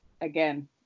again